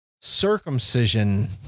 circumcision